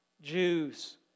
Jews